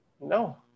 No